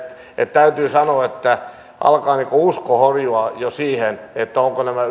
täytyy sanoa että alkaa jo usko horjua siihen ovatko nämä